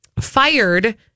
fired